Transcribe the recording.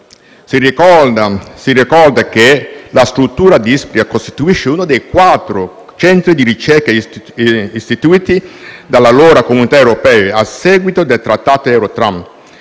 Si ricorda che la struttura di Ispra costituisce uno dei quattro centri di ricerca istituiti dall'allora Comunità europea a seguito del Trattato Euratom